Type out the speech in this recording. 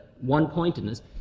one-pointedness